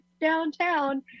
downtown